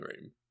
room